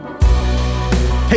Hey